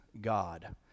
God